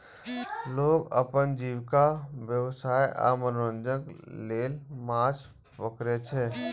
लोग अपन जीविका, व्यवसाय आ मनोरंजन लेल माछ पकड़ै छै